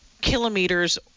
kilometers